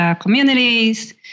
communities